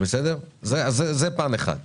זה פעם אחת.